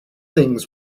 things